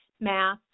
Math